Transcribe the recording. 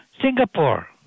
Singapore